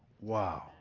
Wow